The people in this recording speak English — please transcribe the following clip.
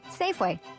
Safeway